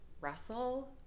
Russell